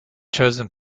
chosen